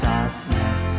Darkness